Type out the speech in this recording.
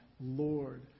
Lord